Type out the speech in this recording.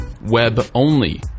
web-only